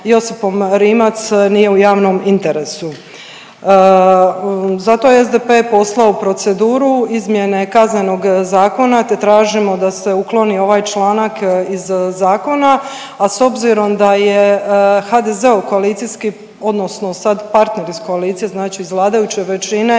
Josipom Rimac nije u javnom interesu. Zato je SDP poslao u proceduru izmjene Kaznenog zakona, te tražimo da se ukloni ovaj članak iz zakona, a s obzirom da je HDZ-ov koalicijski, odnosno sad partner iz koalicije, znači iz vladajuće većine